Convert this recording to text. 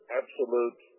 absolute